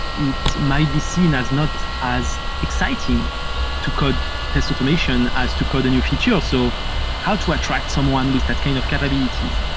it might be seen as not as exciting to code test automation as to code a new feature. so how to attract someone with that kind of capabilities?